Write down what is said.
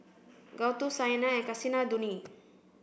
Gouthu Saina and Kasinadhuni